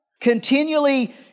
continually